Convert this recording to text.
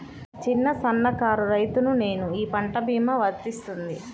చిన్న సన్న కారు రైతును నేను ఈ పంట భీమా వర్తిస్తుంది?